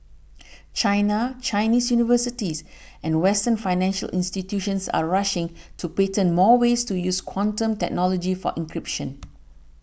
China Chinese universities and western financial institutions are rushing to patent more ways to use quantum technology for encryption